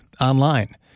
online